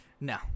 no